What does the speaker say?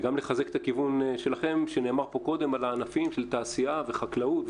וגם לחזק את הכיוון שלכם שנאמר פה קודם על הענפים של תעשייה וחקלאות,